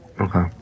Okay